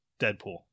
Deadpool